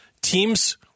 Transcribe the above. teams